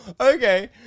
okay